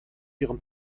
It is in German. ihrem